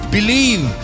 Believe